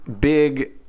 Big